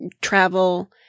travel